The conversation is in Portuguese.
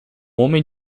homem